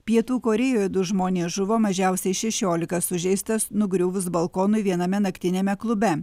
pietų korėjoj du žmonės žuvo mažiausiai šešiolika sužeistas nugriuvus balkonui viename naktiniame klube